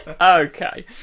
Okay